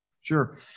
Sure